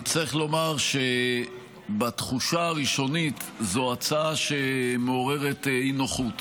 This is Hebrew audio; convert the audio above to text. צריך לומר שבתחושה הראשונית זאת הצעה שמעוררת אי-נוחות,